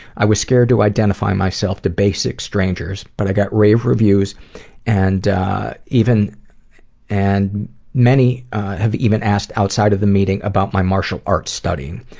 i was scared to identify myself to basic strangers but i got rave reviews and and many have even asked outside of the meeting about my martial arts studying.